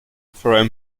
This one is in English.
forum